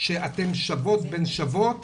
שאתן שוות בן שוות,